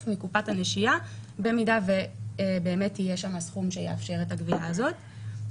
מקופת הנשייה במידה שבאמת יהיה שם הסכום שיאפשר את הגבייה הזאת.